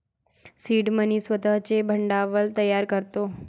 seed money स्वतःचे भांडवल तयार करतो